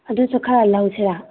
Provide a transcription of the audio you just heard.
ꯑꯗꯨꯁꯨ ꯈꯔ ꯂꯧꯁꯤꯔꯥ